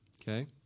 okay